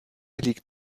liegt